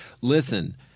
Listen